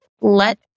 let